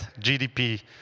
GDP